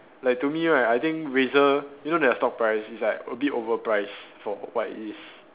like to me right I think Razer you know their stock price it's like a bit overpriced for what it is